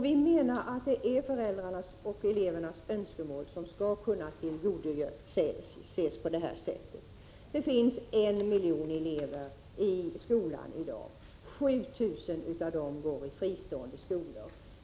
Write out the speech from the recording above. Vi menar att det är föräldrarnas och elevernas önskemål som skall tillgodoses. Det finns 1 miljon elever i skolan i dag. 7 000 av dem går i fristående skolor.